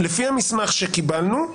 לפי המסמך שקיבלנו,